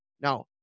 Now